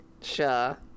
Sure